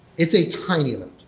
it's a tiny load.